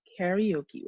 karaoke